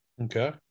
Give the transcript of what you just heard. Okay